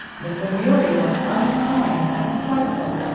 miss amelia was unkind and spiteful,